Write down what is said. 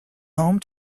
home